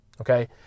okay